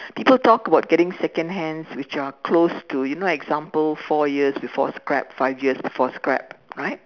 people talk about getting second hands which are close to you know example four years before scrap five years before scrap right